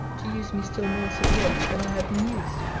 to use me still more severely than i had been used.